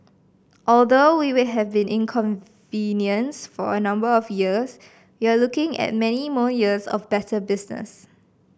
although we would have been inconvenienced for a number of years we are looking at many more years of better business